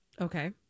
Okay